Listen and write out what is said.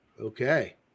Okay